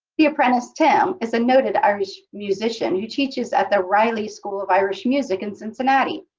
the apprentice tim is a noted irish musician who teaches at the riley school of irish music in cincinnati.